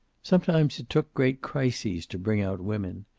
some times it took great crises to bring out women.